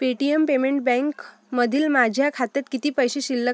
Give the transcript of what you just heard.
पे T M payment बँकमधील माझ्या खात्यात किती पैसे शिल्लक